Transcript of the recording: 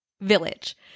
Village